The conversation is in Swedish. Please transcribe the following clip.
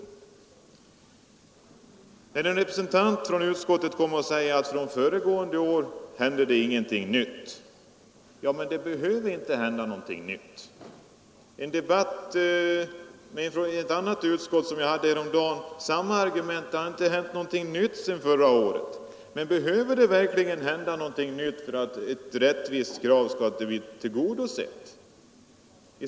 Här säger ofta representanter för utskotten, att det inte har hänt någonting sedan föregående år. Det hände i en debatt i ett annat utskott härom dagen. Men behöver det verkligen hända någonting nytt för att ett rättvist krav skall bli tillgodosett?